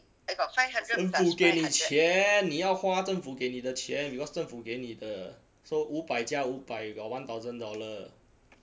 政府给你钱你要花政府给你的钱 because 政府给你的 so 五百加五百 you got one thousand dollar